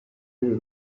y’uru